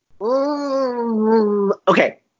Okay